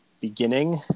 beginning